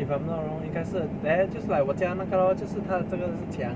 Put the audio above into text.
if I'm not wrong 应该是 there 就是 like 我家那个 lor 就是他这个这个是墙